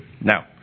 now